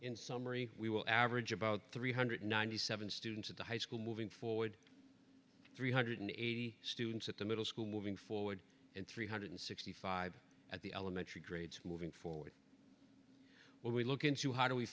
in summary we will average about three hundred ninety seven students at the high school moving forward three hundred eighty students at the middle school moving forward and three hundred sixty five at the elementary grades moving forward when we look into how do we